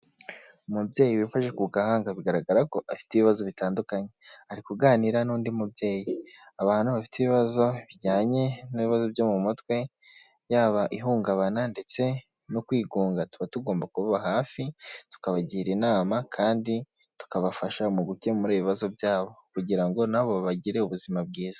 Umubyeyi wifashe ku gahanga bigaragara ko afite ibibazo bitandukanye ari kuganira n'undi mubyeyi. Abantu bafite ibibazo bijyanye n'ibibazo byo mu mutwe yaba ihungabana ndetse no kwigunga tuba tugomba kubaba hafi tukabagira inama kandi tukabafasha mu gukemura ibibazo byabo kugira ngo nabo bagire ubuzima bwiza.